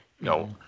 No